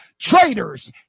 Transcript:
traitors